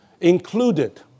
included